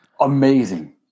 Amazing